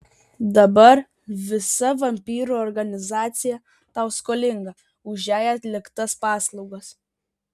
dabar visa vampyrų organizacija tau skolinga už jai atliktas paslaugas